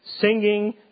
singing